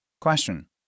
Question